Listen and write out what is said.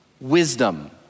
wisdom